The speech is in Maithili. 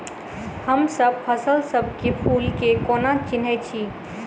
हमसब फसल सब मे फूल केँ कोना चिन्है छी?